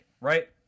right